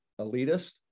elitist